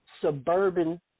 suburban